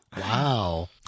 Wow